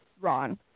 Ron